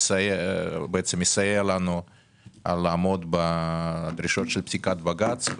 שמסייע לנו לעמוד בדרישות של פסיקת בג"ץ,